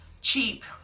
cheap